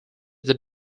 did